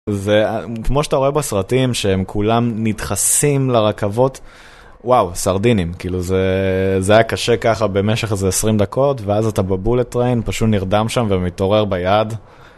זה, כמו שאתה רואה בסרטים, שהם כולם נדחסים לרכבות, וואו, סרדינים, כאילו זה זה היה קשה ככה במשך איזה 20 דקות, ואז אתה בבולט טריין, פשוט נרדם שם ומתעורר ביעד.